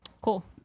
cool